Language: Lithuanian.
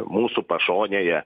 mūsų pašonėje